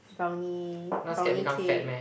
brownie brownie cake